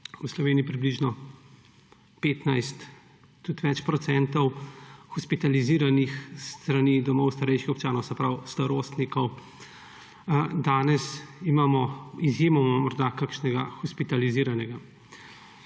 v Sloveniji približno 15, tudi več, procentov hospitaliziranih iz domov starejših občanov, se pravi starostnikov. Danes imamo izjemoma morda kakšnega hospitaliziranega.